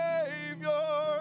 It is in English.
Savior